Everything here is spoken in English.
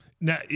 Now